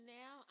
now